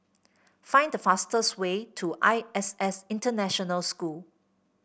find the fastest way to I S S International School